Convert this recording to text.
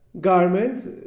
garments